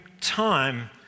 time